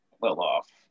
well-off